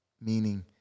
Meaning